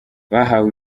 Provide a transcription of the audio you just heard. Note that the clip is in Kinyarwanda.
bahawe